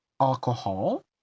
Alcohol